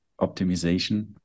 optimization